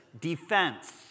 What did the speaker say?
defense